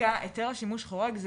כרגע היתר השימוש החורג הוא